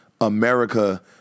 America